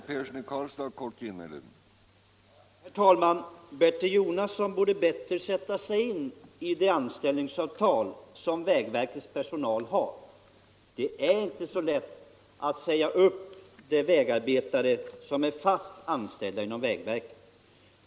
Herr talman! Bertil Jonasson borde bättre sätta sig in i det anställningsavtal som vägverkets personal har. Det är inte så lätt att säga upp de vägarbetare som är fast anställda inom vägverket.